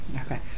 Okay